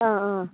অঁ অঁ